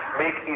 make